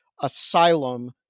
asylum